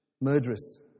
murderous